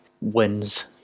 wins